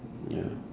ya